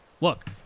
Look